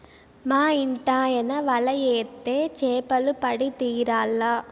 మా ఇంటాయన వల ఏత్తే చేపలు పడి తీరాల్ల